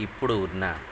ఇప్పుడు ఉన్న